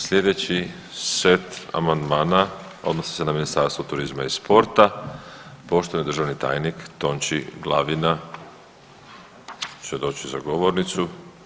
Slijedeći set amandmana odnosi se na Ministarstvo turizma i sporta, poštovani državni tajnik Tonči Glavina će doći za govornicu.